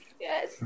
Yes